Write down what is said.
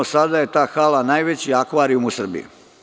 Sada je ta hala najveći akvarijum u Srbiji.